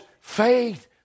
faith